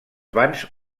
vans